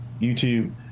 YouTube